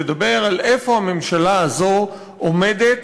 לדבר על איפה הממשלה הזו עומדת